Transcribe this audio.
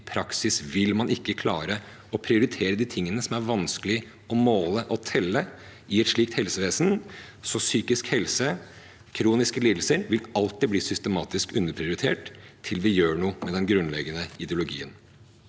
I praksis vil man ikke klare å prioritere de tingene som er vanskelige å måle og telle i et slikt helsevesen, så psykisk helse og kroniske lidelser vil alltid bli systematisk underprioritert til vi gjør noe med den grunnleggende ideologien.